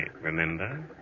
remember